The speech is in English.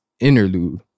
interlude